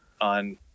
on